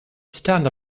stand